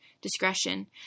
discretion